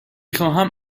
خواهم